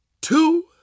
two